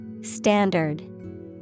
Standard